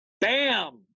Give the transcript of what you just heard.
bam